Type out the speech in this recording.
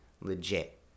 legit